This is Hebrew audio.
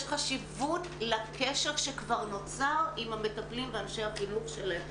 יש חשיבות לקשר שכבר נוצר עם המטפלים ועם אנשי החינוך שלהם.